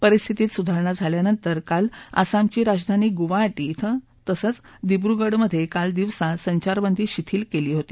परिस्थितीत सुधारणा झाल्यानंतर काल आसामची राजधानी गुवाहाटी तसंच दिब्रुगढमध्ये काल दिवसा संचारबंदी शिथील केली होती